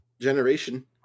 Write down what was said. generation